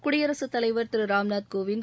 குடியரசுத்தலைவா் திரு ராம்நாத் கோவிந்த்